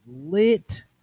lit